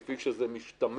כפי שזה משתמע